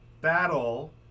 battle